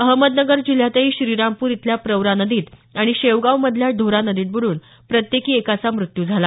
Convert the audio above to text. अहमदनगर जिल्ह्यातही श्रीरामपूर इथल्या प्रवरा नदीत आणि शेवगावमधल्या ढोरा नदीत बुडून प्रत्येकी एकाचा मृत्यू झाला